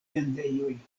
vendejoj